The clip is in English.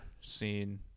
scene